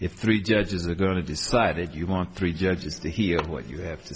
if three judges are going to decide that you want three judges to hear what you have to